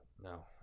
No